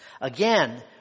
Again